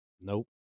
Nope